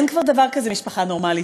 כבר אין דבר כזה, משפחה נורמלית.